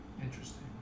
Interesting